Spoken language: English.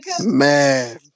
man